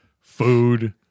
food